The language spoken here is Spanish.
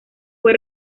fue